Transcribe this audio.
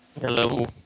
Hello